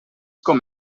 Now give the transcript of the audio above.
com